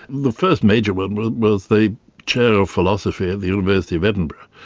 the first major one was the chair of philosophy at the university of edinburgh.